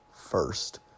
first